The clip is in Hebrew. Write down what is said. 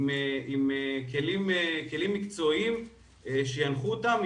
עם כלים מקצועיים שינחו אותם,